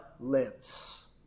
lives